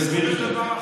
אני אסביר לכם.